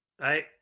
right